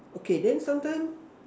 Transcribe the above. okay then sometime